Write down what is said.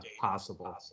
possible